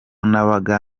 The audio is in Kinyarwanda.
nabaga